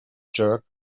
jerk